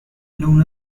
known